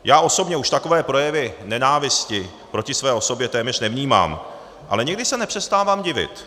Já osobně už takové projevy nenávisti proti své osobě téměř nevnímám, ale někdy se nepřestávám divit.